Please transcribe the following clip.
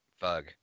bug